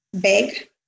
big